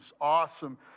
awesome